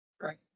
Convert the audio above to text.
Right